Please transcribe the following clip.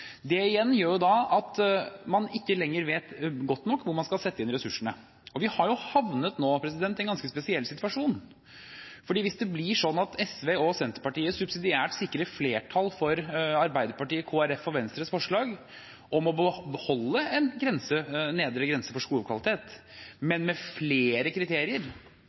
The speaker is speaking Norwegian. Det igjen gjør at man ikke lenger vet godt nok hvor man skal sette inn ressursene. Vi har havnet i en ganske spesiell situasjon nå, for hvis det blir sånn at SV og Senterpartiet subsidiært sikrer flertall for Arbeiderpartiet, Kristelig Folkeparti og Venstres forslag om å beholde en nedre grense for skolekvalitet, men med flere kriterier,